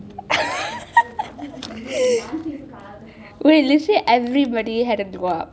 wait is it everybody had a blob